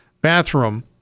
bathroom